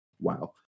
Wow